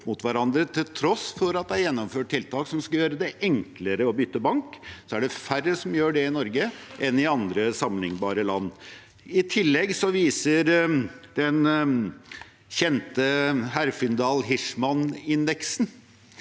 Til tross for at det er gjennomført tiltak som skal gjøre det enklere å bytte bank, er det færre som gjør det i Norge enn i andre sammenlignbare land. I tillegg viser den kjente Herfindal-Hirschman-indeksen,